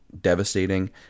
devastating